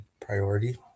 priority